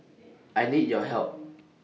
I need your help